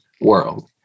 world